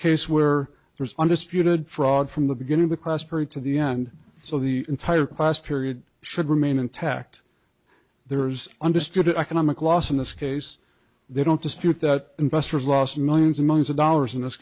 case where there's undisputed fraud from the beginning of the class period to the end so the entire class period should remain intact there's understood economic loss in this case we don't dispute that investors lost millions and millions of dollars in